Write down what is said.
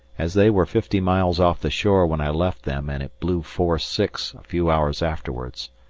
as they were fifty miles off the shore when i left them and it blew force six a few hours afterwards,